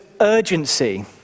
urgency